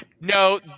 no